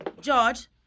George